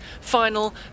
final